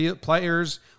players